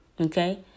Okay